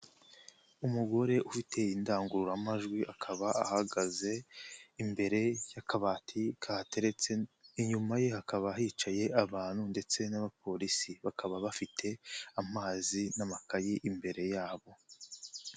Umugore ufite indangururamajwi akaba ahagaze imbere y'akabati kahateretse, inyuma ye hakaba hicaye abantu ndetse n'abapolisi bakaba bafite amazi n'amakayi imbere yabo.